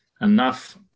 enough